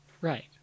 right